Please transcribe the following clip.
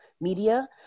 media